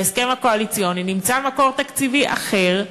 בהסכם הקואליציוני נמצא מקור תקציבי אחר,